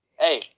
Hey